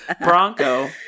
Bronco